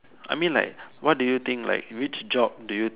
I mean like what do you think like which job do you